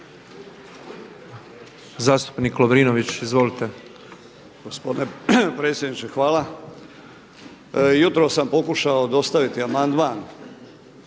Zastupnik Sinčić. Izvolite.